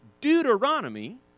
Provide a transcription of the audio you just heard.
Deuteronomy